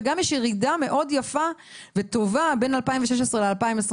וגם יש ירידה מאוד יפה וטובה בין 2016 ל-2021,